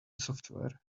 software